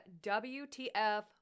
WTF